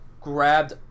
grabbed